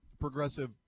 progressive